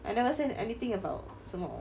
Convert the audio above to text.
I never say anything about 什么